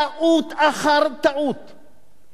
טעות אחר טעות,